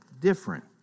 different